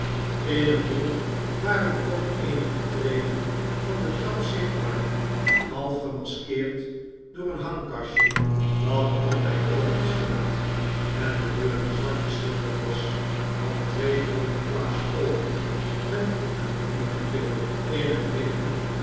in een hoek waren ook eenige treden van die trap zichtbaar half gemaskeerd door een hangkastje dat altijd open stond en de deur die zwart geschilderd was had twee groote glazen oogen met een groene pupil in het midden